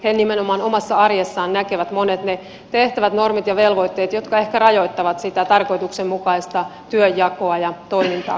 he nimenomaan omassa arjessaan näkevät ne monet tehtävät normit ja velvoitteet jotka ehkä rajoittavat sitä tarkoituksenmukaista työnjakoa ja tuija